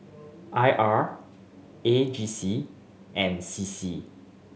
I R A G C and C C